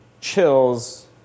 chills